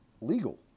legal